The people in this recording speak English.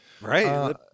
right